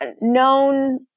known